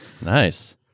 nice